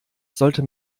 sollte